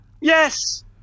Yes